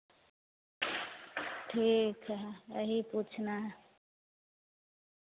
ठीक है यही पूछना है